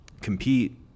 compete